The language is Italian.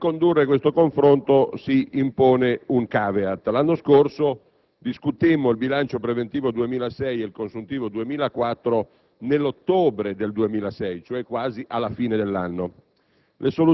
Nel condurre questo confronto si impone un *caveat*. L'anno scorso discutemmo il bilancio preventivo 2006 e il consuntivo 2004 nell'ottobre 2006, quasi alla fine dell'anno.